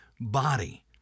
body